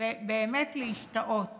ובאמת להשתאות